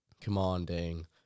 commanding